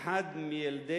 אחד מילדי